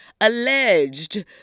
alleged